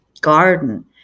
garden